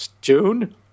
June